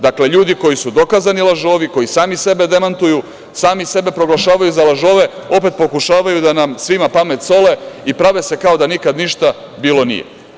Dakle, ljudi koji su dokazani lažovi, koji sami sebe demantuju, sami sebe proglašavaju za lažove, opet pokušavaju da nam svima pamet sole i prave se kao da nikad ništa bilo nije.